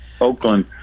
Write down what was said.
Oakland